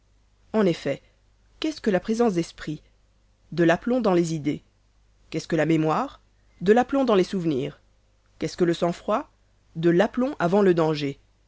en effet qu'est-ce que la présence d'esprit de l'aplomb dans les idées qu'est-ce que la mémoire de l'aplomb dans les souvenirs qu'est-ce que le sang-froid de l'aplomb avant le danger